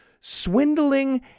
swindling